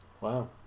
Wow